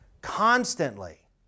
constantly